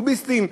לוביסטים,